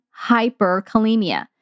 hyperkalemia